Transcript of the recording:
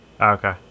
Okay